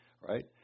Right